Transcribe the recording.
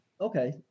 Okay